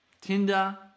Tinder